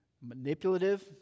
manipulative